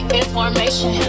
information